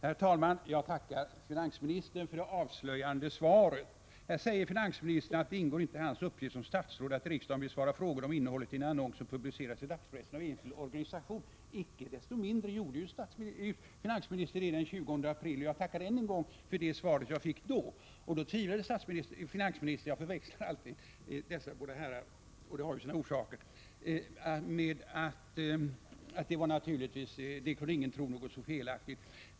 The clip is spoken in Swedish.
Herr talman! Jag tackar finansministern för det avslöjande svaret. Här säger finansministern att det inte ingår i hans uppgifter som statsråd att ”i riksdagen besvara frågor om innehållet i en annons som publicerats i dagspressen av en enskild organisation”. Icke desto mindre gjorde finansministern det den 20 november, och jag tackar än en gång för det svar som jag fick. Då sade finansministern att ingen naturligtvis kunde tro någonting så felaktigt.